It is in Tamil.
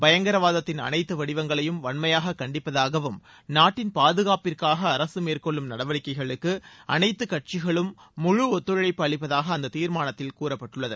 பயங்கரவாதத்தின் அனைத்து வடிவங்களையும் வன்மயாக கண்டிப்பதாகவும் நாட்டின் பாதுகாப்பிற்காக அரசு மேற்கொள்ளும் நடவடிக்கைகளுக்கு அனைத்து கட்சிகளும் முழு ஒத்துழைப்பு அளிப்பதாக அந்த தீர்மானத்தில் கூறப்பட்டுள்ளது